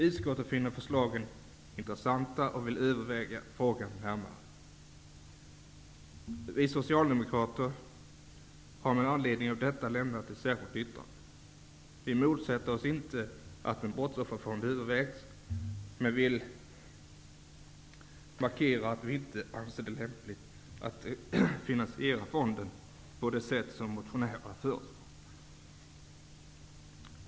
Utskotten finner förslagen intressanta och vill överväga frågan närmare. Vi socialdemokrater har med anledning av detta avlämnat ett särskilt yttrande. Vi motsätter oss inte att en brottsofferfond övervägs, men vill markera att vi inte anser det lämpligt att finansiera fonden på det sätt som motionärerna förespråkar.